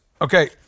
Okay